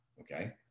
Okay